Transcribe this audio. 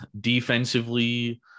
Defensively